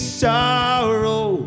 sorrow